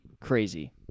crazy